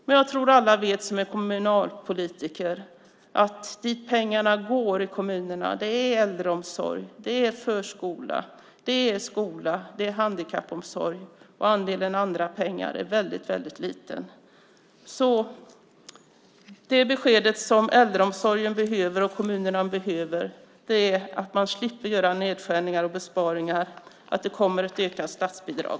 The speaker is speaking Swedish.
Men jag tror att alla som är kommunalpolitiker vet att det som pengarna i kommunerna går till är äldreomsorg, förskola, skola och handikappomsorg. Andelen andra pengar är väldigt liten. Det besked som äldreomsorgen och kommunerna behöver är alltså att man slipper göra nedskärningar och besparingar och att det kommer ett ökat statsbidrag.